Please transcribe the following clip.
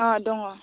अह दङ